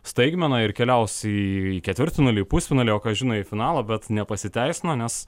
staigmeną ir keliaus į ketvirtfinalį į pusfinalį o ką žino į finalą bet nepasiteisino nes